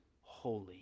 holy